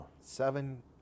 Seven